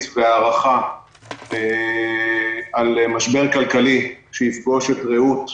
והערכה על משבר כלכלי שיפגוש את "רעות",